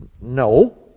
No